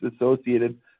associated